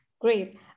Great